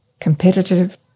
competitive